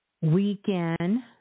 weekend